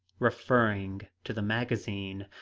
referring to the magazine.